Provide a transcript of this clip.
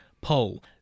poll